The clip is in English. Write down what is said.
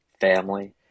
family